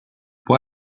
può